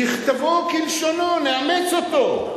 ככתבו וכלשונו נאמץ אותו.